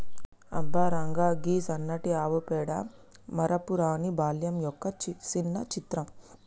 అబ్బ రంగా, గీ సన్నటి ఆవు పేడ మరపురాని బాల్యం యొక్క సిన్న చిత్రం